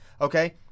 okay